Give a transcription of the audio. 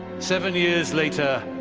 seven years later,